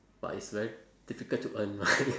but it's very difficult to earn right